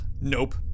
nope